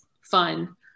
fun